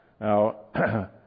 Now